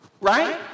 right